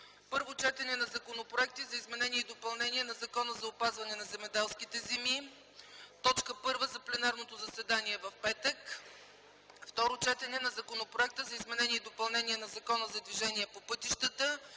Първо четене на законопроекти за изменение и допълнение на Закона за опазване на земеделските земи – т. 1 за пленарното заседание в петък. 10. Второ четене на Законопроекта за изменение и допълнение на Закона за движението по пътищата.